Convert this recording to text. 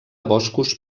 boscos